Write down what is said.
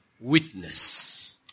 witness